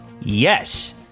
Yes